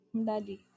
daddy